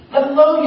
Hello